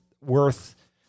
worth